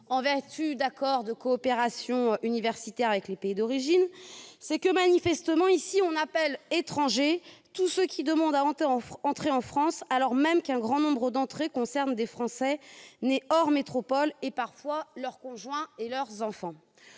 en vertu d'accords de coopération universitaire ?-, c'est que, manifestement, ici, on appelle étrangers tous ceux qui demandent à entrer en France, alors même qu'un grand nombre de ces entrées concernent des Français nés hors de la métropole et, parfois, leurs conjoints et leurs enfants.